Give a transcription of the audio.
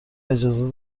اجازه